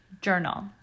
journal